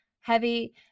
heavy